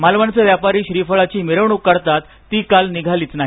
मालवणचे व्यापारी श्रीफळाची मिरवणूक काढतात ती काल निघालीच नाही